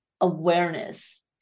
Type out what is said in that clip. awareness